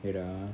wait ah